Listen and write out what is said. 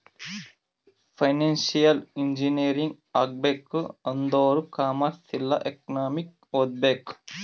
financial engineering ಆಗ್ಬೇಕ್ ಆಂದುರ್ commerce ಇಲ್ಲಾ ಎಕನಾಮಿಕ್ ಓದ್ಬೇಕ್